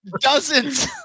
dozens